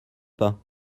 pas